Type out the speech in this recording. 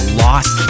lost